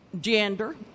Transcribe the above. gender